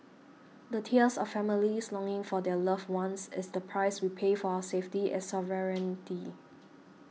the tears of families longing for their loved ones is the price we pay for our safety and sovereignty